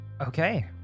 Okay